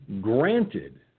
Granted